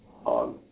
On